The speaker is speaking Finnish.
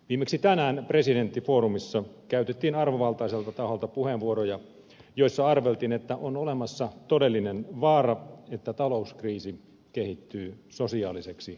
viimeksi tänään presidenttifoorumissa käytettiin arvovaltaiselta taholta puheenvuoroja joissa arveltiin että on olemassa todellinen vaara että talouskriisi kehittyy sosiaaliseksi kriisiksi